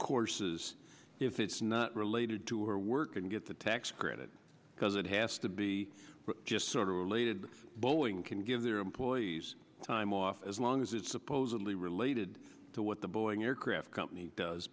courses if it's not related to her work and get the tax credit because it has to be just sort of related boeing can give their employees time off as long as it's supposedly related to what the boeing aircraft company does